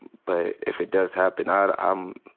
but if it does happen, i um